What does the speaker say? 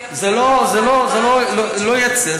זה לא מופיע, זה לא, לא, לא יצא.